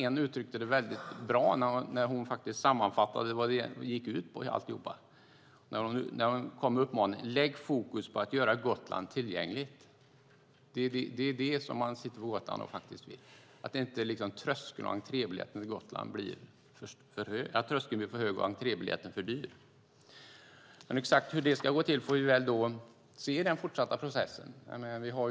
En uttryckte det väldigt bra när hon sammanfattade vad allt går ut på och kom med uppmaningen: Lägg fokus på att göra Gotland tillgängligt! Det är det som man faktiskt vill på Gotland, att inte tröskeln blir för hög och entrébiljetten för dyr. Exakt hur det ska gå till får vi se i den fortsatta processen.